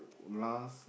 last